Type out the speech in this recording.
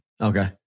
Okay